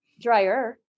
Dryer